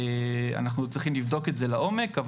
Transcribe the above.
אנחנו צריכים לבדוק את זה לעומק,